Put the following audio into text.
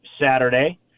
Saturday